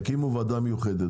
יקימו וועדה מיוחדת